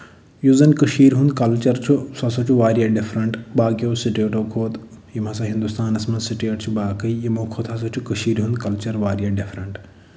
یُس زَن کٔشیٖر ہُنٛد کَلچر چھُ سُہ ہسا چھُ واریاہ ڈِفرَنٛٹ باقٮ۪و سِٹیٹو کھۄتہٕ یِم ہسا ہِنٛدوستانَس منٛز سِٹیٹہٕ چھِ باقٕے یِمَو کھۄتہٕ ہسا چھُ کَشیٖر ہُنٛد کَلچر واریاہ ڈِفرَنٛٹ